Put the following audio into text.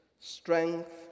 strength